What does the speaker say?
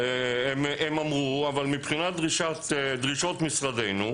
הם אמרו אבל מבחינת דרישות משרדנו,